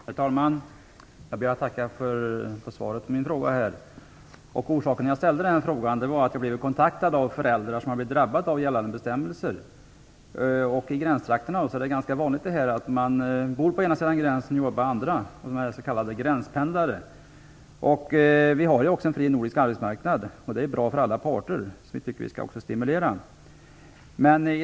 Herr talman! Jag ber att få tacka för svaret på min fråga. Orsaken till att jag ställde frågan var att jag hade blivit kontaktad av föräldrar som hade drabbats av gällande bestämmelser. Det är i gränstrakterna ganska vanligt att personer bor på den ena sidan av gränsen och jobbar på den andra, s.k. gränspendlare. Vi har en fri nordisk arbetsmarknad, som är bra för alla parter, och jag tycker att vi skall stimulera den.